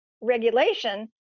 regulation